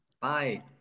Bye